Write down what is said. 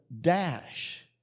dash